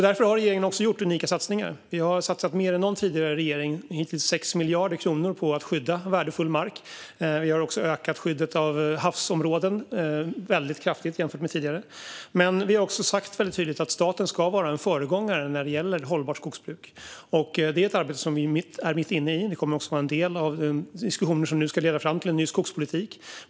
Därför har regeringen också gjort unika satsningar. Vi har satsat mer än någon tidigare regering - hittills 6 miljarder kronor - på att skydda värdefull mark. Vi har ökat skyddet av havsområden väldigt kraftigt jämfört med tidigare. Men vi har också sagt väldigt tydligt att staten ska vara en föregångare när det gäller hållbart skogsbruk. Det är ett arbete som vi är mitt inne i. Det kommer också att vara en del av de diskussioner som nu ska leda fram till en ny skogspolitik.